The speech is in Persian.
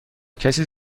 کسی